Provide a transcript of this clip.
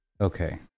okay